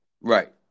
Right